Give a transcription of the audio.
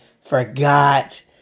forgot